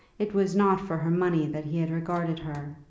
it was not for her money that he had regarded her.